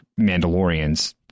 Mandalorians